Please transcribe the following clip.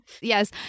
Yes